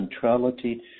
centrality